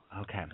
Okay